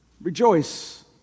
Rejoice